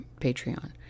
Patreon